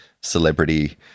celebrity